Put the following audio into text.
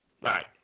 right